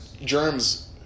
Germs